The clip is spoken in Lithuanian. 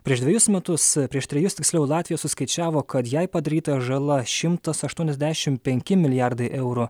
prieš dvejus metus prieš trejus tiksliau latvija suskaičiavo kad jai padaryta žala šimtas aštuoniasdešim penki milijardai eurų